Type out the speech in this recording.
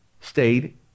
stayed